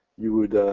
you would,